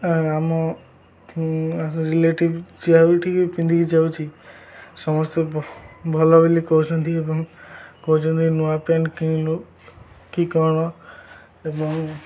ଆମ ରିଲେଟିଭ୍ ଯେଉଁଠିକି ପିନ୍ଧିକି ଯାଉଛି ସମସ୍ତେ ଭଲ ବୋଲି କହୁଛନ୍ତି ଏବଂ କହୁଛନ୍ତି ନୂଆ ପ୍ୟାଣ୍ଟ କିଣିଲୁ କି କ'ଣ ଏବଂ